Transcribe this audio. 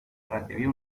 recibió